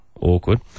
awkward